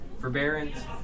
forbearance